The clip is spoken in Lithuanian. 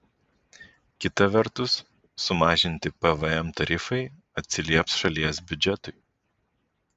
kita vertus sumažinti pvm tarifai atsilieps šalies biudžetui